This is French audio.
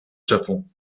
japon